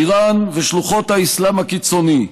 איראן ושלוחות האסלאם הקיצוני,